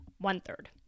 one-third